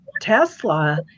Tesla